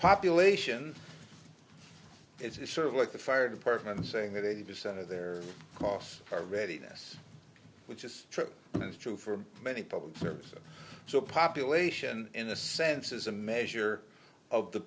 population it's sort of like the fire department saying that eighty percent of their costs are ready to us which is true that's true for many public services so population in a sense is a measure of the